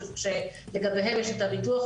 לגביהם יש את הביטוח,